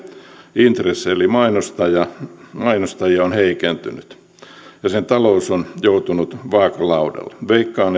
intressejä eli mainostajia mainostajia on heikentynyt ja sen talous on joutunut vaakalaudalle veikkaan